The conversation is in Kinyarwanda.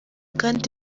kandi